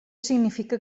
significa